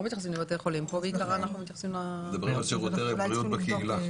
מדברים על שירותי בריאות בקהילה.